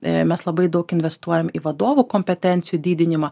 mes labai daug investuojam į vadovų kompetencijų didinimą